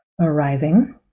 arriving